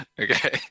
Okay